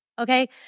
Okay